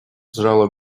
сжала